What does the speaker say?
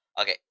Okay